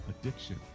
addiction